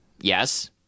yes